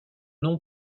nom